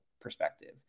perspective